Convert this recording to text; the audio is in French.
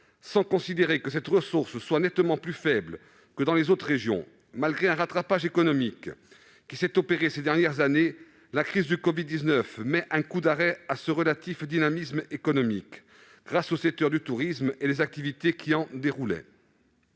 faut considérer que cette ressource est nettement plus faible que dans les autres régions. Un rattrapage économique a été accompli ces dernières années, mais la crise de la covid-19 donne un coup d'arrêt à ce relatif dynamisme économique, lié au secteur du tourisme et aux activités qui en découlaient.